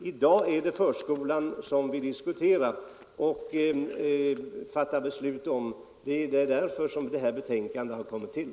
I dag är det förskolan som vi diskuterar och fattar beslut om — det är därför detta betänkande har kommit till.